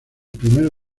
primer